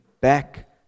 back